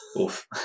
oof